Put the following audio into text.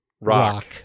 rock